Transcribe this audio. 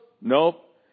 Nope